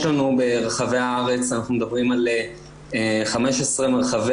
יש לנו ברחבי הארץ אנחנו מדברים על 15 מרחבי